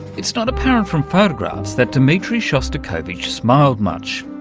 it's not apparent from photographs that dmitri shostakovich smiled much.